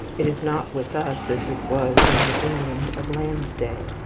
it is not with us as it was in the england of lamb's day,